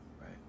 right